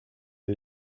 who